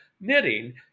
knitting